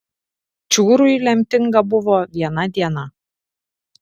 čiūrui lemtinga buvo viena diena